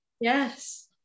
Yes